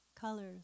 Colors